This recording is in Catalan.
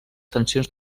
tensions